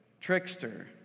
Trickster